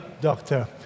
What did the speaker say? doctor